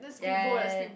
ya